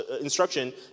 instruction